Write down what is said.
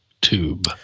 tube